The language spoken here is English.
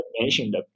mentioned